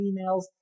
emails